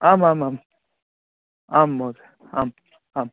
आम् आम् आम् आम् महोदय आम् आम्